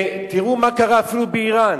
ותראו מה קרה, אפילו באירן,